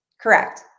Correct